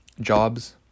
jobs